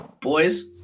boys